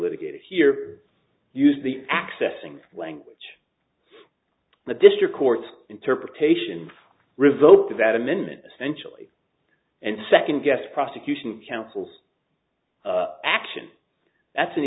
litigated here use the accessing language the district court's interpretation revoke that amendment essentially and second guess prosecution councils action that's an